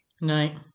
no